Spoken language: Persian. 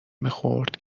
میخورد